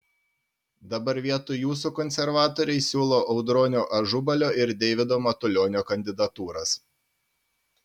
dabar vietoj jūsų konservatoriai siūlo audronio ažubalio ir deivido matulionio kandidatūras